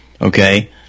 okay